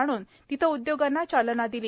आणून तिथे उद्योगांना चालना दिली